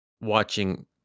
watching